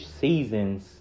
season's